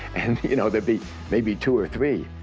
and you know, there'd be maybe two or three.